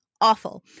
awful